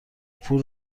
پول